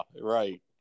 right